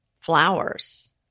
flowers